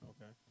Okay